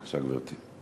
בבקשה, גברתי.